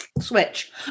switch